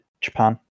Japan